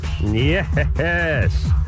Yes